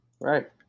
right